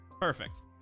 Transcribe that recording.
Perfect